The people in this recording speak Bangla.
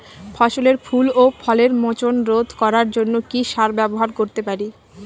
ফসলের ফুল ও ফলের মোচন রোধ করার জন্য কি সার ব্যবহার করতে পারি?